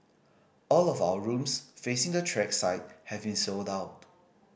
all of our rooms facing the track side have been sold out